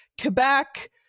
Quebec